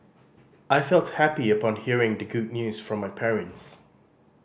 I felt happy upon hearing the good news from my parents